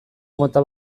mota